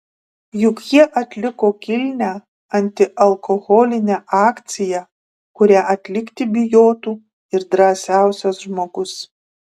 juk jie atliko kilnią antialkoholinę akciją kurią atlikti bijotų ir drąsiausias žmogus